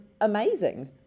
amazing